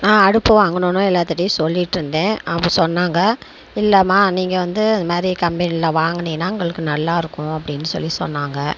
நான் அடுப்பு வாங்கணும்னு எல்லாத்துகிட்டயும் சொல்லிட்டு இருந்தேன் அவங்க சொன்னாங்கள் இல்லைம்மா நீங்கள் வந்து இந்தமாரி கம்பெனியிலாம் வாங்கினீங்கன்னா உங்களுக்கு நல்லா இருக்கும் அப்படின்னு சொல்லி சொன்னாங்கள்